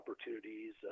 opportunities